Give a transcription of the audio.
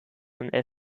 und